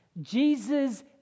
Jesus